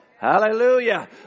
Hallelujah